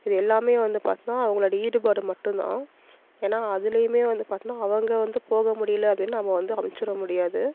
இது எல்லாம் வந்து பார்த்திங்கனா அவங்களோட ஈடுபாடு மட்டும்தான் ஏன்னா அதுலேயுமே வந்து பார்த்திங்கனா அவங்க வந்து போக முடியல அப்படின்னா நாம் வந்து அமுச்சுட முடியாது